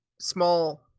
small